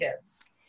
kids